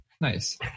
nice